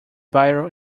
biro